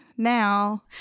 Now